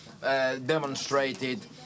demonstrated